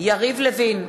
יריב לוין,